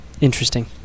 interesting